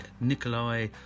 Nikolai